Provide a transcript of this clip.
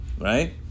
right